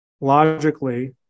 logically